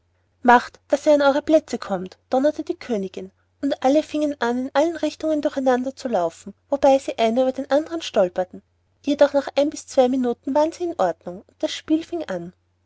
macht daß ihr an eure plätze kommt donnerte die königin und alle fingen an in allen richtungen durcheinander zu laufen wobei sie einer über den andern stolperten jedoch nach ein bis zwei minuten waren sie in ordnung und das spiel fing an